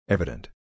Evident